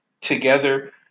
together